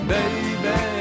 Baby